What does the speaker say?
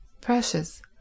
precious